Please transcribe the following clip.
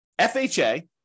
FHA